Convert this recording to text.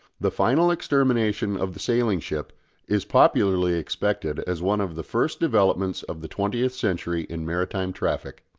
the final extermination of the sailing ship is popularly expected as one of the first developments of the twentieth century in maritime traffic.